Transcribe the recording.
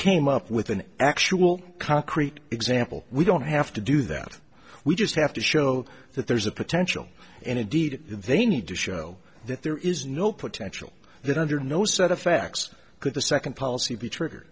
came up with an actual concrete example we don't have to do that we just have to show that there is a potential and indeed they need to show that there is no potential that under no set of facts could the second policy be trigger